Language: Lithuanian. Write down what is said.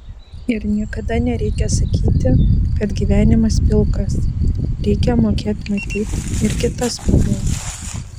ir niekada nereikia sakyti kad gyvenimas pilkas reikia mokėt matyt ir kitas spalvas